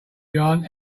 yarn